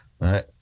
Right